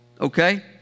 Okay